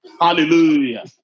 Hallelujah